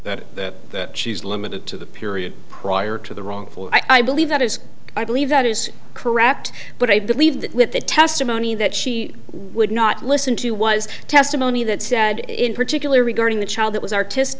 resident that she is limited to the period prior to the wrongful i believe that is i believe that is correct but i believe that with the testimony that she would not listen to was testimony that said in particular regarding the child that was artist